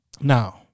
Now